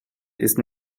ist